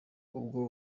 ubwo